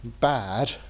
bad